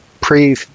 pre-